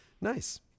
Nice